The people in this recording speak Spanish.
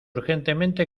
urgentemente